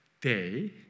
day